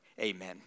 Amen